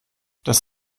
das